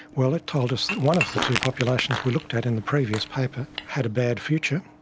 well, it told us that one of the two populations we looked at in the previous paper had a bad future,